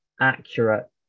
accurate